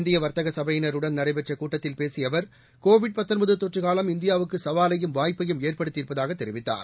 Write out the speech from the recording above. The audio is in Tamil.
இந்திய வர்த்தக சபையினருடன் நடைபெற்ற கூட்டத்தில் பேசிய அவர் கோவிட் தொற்று காலம் இந்தியாவுக்கு சவாலையும் வாய்ப்பையும் ஏற்படுத்தியிருப்பதாக தெரிவித்தார்